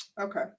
Okay